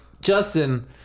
Justin